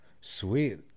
Sweet